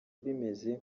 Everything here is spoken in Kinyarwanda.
bimeze